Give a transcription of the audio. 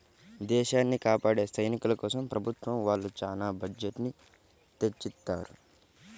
దేశాన్ని కాపాడే సైనికుల కోసం ప్రభుత్వం వాళ్ళు చానా బడ్జెట్ ని తెచ్చిత్తారు